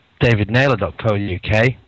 davidnaylor.co.uk